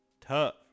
tough